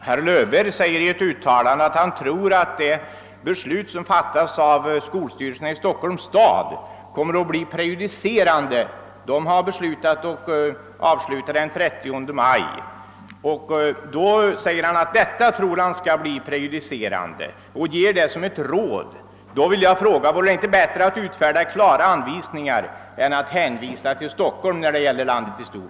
Herr Löwbeer säger i ett uttalande, att han tror att det beslut som fattats av skoldirektionen i Stockholms stad om avslutning den 30 maj kommer att bli prejudicerande, och han anför detta som ett råd. Då vill jag fråga: Vore det inte bättre att utfärda klara anvisningar än att när det gäller landet i stort hänvisa till Stockholm?